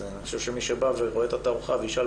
אני חושב שמי שבא ורואה את התערוכה ושואל